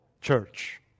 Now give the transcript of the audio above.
church